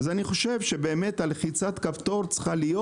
אז אני חושב שלחיצת הכפתור צריכה להיות